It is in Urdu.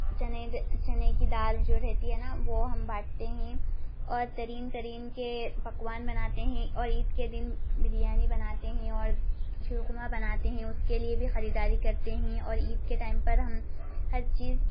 چنے دے چنے کی دال جو رہتی ہے نا وہ ہم بانٹتے ہیں اور ترین ترین کے پکوان بناتے ہیں اور عید کے دن بریانی بناتے ہیں اور شیر خرما بناتے ہیں اس کے لیے بھی خریداری کرتے ہیں اور عید کے ٹائم پر ہم ہر چیز